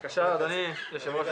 בבקשה, אדוני יושב-ראש הכנסת.